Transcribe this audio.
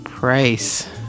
Price